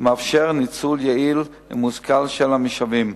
ומאפשרת ניצול יעיל ומושכל של המשאבים.